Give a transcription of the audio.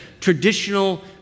traditional